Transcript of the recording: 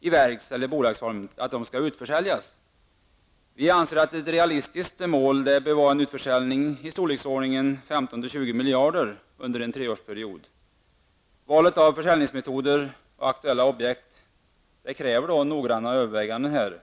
i verk eller bolagsform skall utförsäljas. Vi anser att ett realistiskt mål bör vara en utförsäljning i storleksordningen 15--20 miljarder under en treårsperiod. Valet av försäljningsmetoder och aktuella objekt kräver noggranna överväganden.